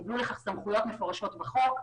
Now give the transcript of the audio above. הם קבלו לכך סמכויות מפורשות בחוק,